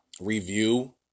review